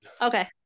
Okay